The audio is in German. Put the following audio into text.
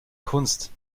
kunst